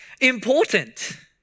important